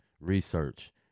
research